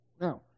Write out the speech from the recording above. Now